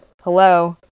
hello